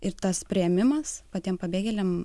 ir tas priėmimas patiem pabėgėliam